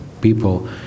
people